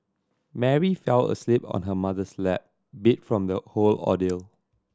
Mary fell asleep on her mother's lap beat from the whole ordeal